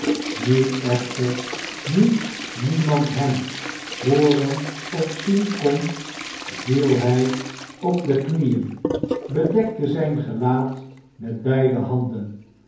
nu echter nu niemand hem hooren of zien kon viel hij op de knieën bedekte zijn gelaat met beide handen